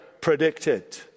predicted